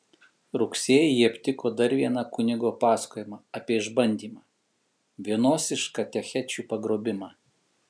rugsėjį ji aptiko dar vieną kunigo pasakojimą apie išbandymą vienos iš katechečių pagrobimą